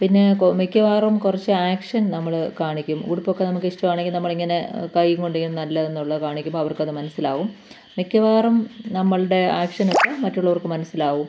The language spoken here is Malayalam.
പിന്നെ മിക്കവാറും കുറച്ച് ആക്ഷൻ നമ്മൾ കാണിക്കും ഉടുപ്പ് ഒക്കെ നമുക്ക് ഇഷ്ടമാണെങ്കിൽ നമ്മൾ ഇങ്ങനെ കൈയ്യ് കൊണ്ട് ഇങ്ങനെ നല്ലത് എന്നുള്ളത് കാണിക്കുമ്പോൾ അവർക്ക് അത് മനസ്സിലാവും മിക്കവാറും നമ്മളുടെ ആക്ഷനുകൾ മറ്റുള്ളവർക്ക് മനസ്സിലാവും